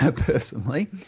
personally